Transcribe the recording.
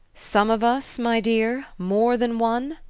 some of us my dear more than one?